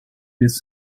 this